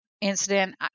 incident